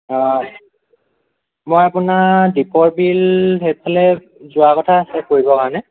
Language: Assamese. অ' মই আপোনাৰ দীপৰ বিল সেইফালে যোৱা কথা আছে ফুৰিব কাৰণে